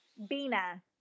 Bina